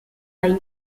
ahí